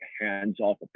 hands-off